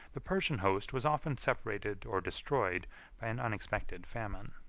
the persian host was often separated or destroyed by an unexpected famine.